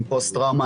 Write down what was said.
עם פוסט-טראומה,